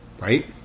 right